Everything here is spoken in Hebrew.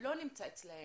לא נמצא אצלם